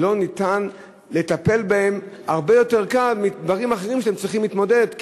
לא הרבה יותר קל לטפל בו מאשר בדברים אחרים שאתם צריכים להתמודד אתם,